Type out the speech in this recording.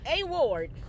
award